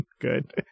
good